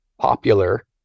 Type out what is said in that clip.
popular